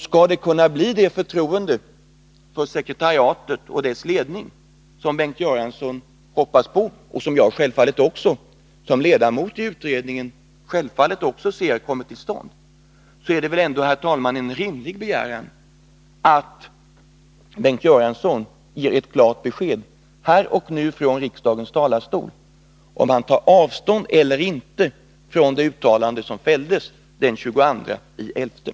Skall det kunna bli ett sådant förtroende för sekretariatet och dess ledning som Bengt Göransson hoppas på, vilket jag självfallet också gör, är det väl ändå en rimlig begäran, herr talman, att Bengt Göransson ger ett klart besked här och nu från riksdagens talarstol huruvida han tar avstånd eller inte från det uttalande som fälldes den 22 november.